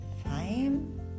Time